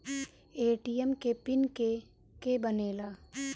ATM के pin के के बनेला?